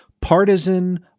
partisan